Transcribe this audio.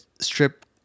Strip